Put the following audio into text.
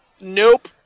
Nope